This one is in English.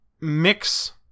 mix